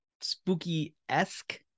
spooky-esque